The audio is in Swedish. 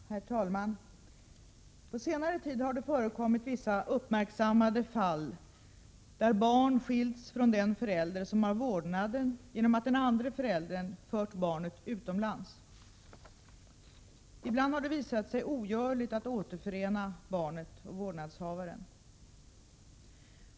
Herr talman! På senare tid har det förekommit vissa uppmärksammade fall där barn skilts från den förälder som har vårdnaden genom att den andre föräldern fört barnet utomlands. Ibland har det visat sig ogörligt att återförena barnet och vårdnadshavaren.